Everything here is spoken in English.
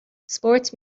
sports